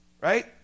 Right